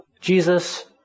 Jesus